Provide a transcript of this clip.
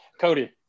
Cody